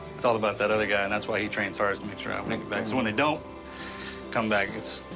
it's all about that other guy. and that's why he trains hard, is to make sure i come back. so when the don't come back, it's.